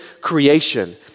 creation